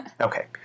Okay